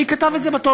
מי כתב את זה בתורה?